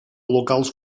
locals